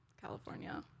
California